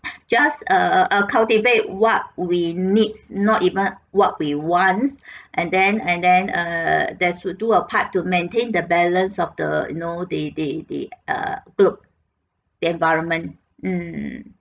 just uh uh uh cultivate what we need not even what we wants and then and then err there's we do our part to maintain the balance of the you know the the the err globe the environment mm